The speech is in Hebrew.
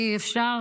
ואי-אפשר